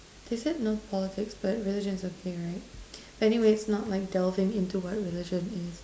they said no politics but religion is okay right but anyway not like dwelling into what religion is